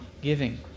giving